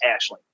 Ashley